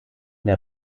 der